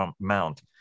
mount